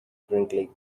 brinkley